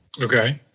Okay